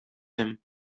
him